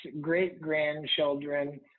great-grandchildren